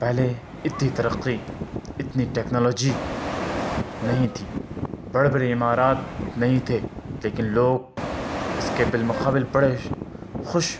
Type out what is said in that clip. پہلے اتنی ترقی اتنی ٹیکنالوجی نہیں تھی بڑے بڑے عمارات نہیں تھے لیکن لوگ اس کے بالمقابل بڑے